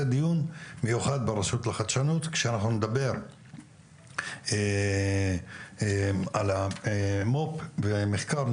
דיון מיוחד ברשות לחדשנות כאשר אנחנו נדבר על המו"פ ומחקר,